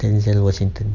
denzel washington